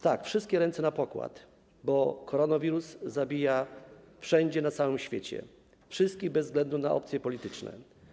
Tak, wszystkie ręce na pokład, bo koronawirus zabija wszędzie na całym świecie, wszystkich, bez względu na opcje polityczne.